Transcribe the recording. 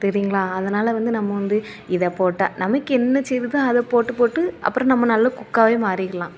தெரியுங்களா அதனால் வந்து நம்ம வந்து இதை போட்டால் நமக்கு என்ன செய்கிறதோ அதை போட்டு போட்டு அப்புறம் நம்ம நல்ல குக்காவே மாறிக்கலாம்